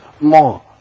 more